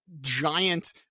giant